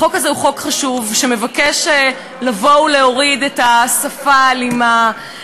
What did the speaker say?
החוק הזה הוא חוק חשוב שמבקש לבוא ולהוריד את השפה האלימה,